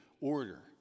order